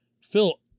phil